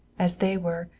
as they were,